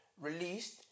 released